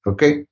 Okay